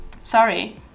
sorry